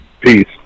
Peace